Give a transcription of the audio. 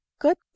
good